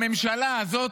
בממשלה הזאת